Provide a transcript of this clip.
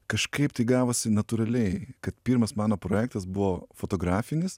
kažkaip tai gavosi natūraliai kad pirmas mano projektas buvo fotografinis